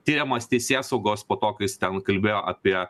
tiriamas teisėsaugos po to ką jis ten kalbėjo apie